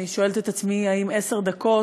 אני שואלת את עצמי אם עשר דקות,